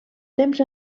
temps